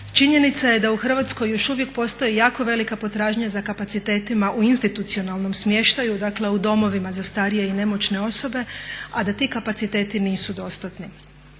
Činjenica je da u Hrvatskoj još uvijek postoje jako velika potražnja za kapacitetima u institucionalnom smještaju, dakle u domovina za starije i nemoćne osobe a da ti kapaciteti nisu dostatni.